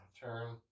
Turn